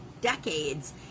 decades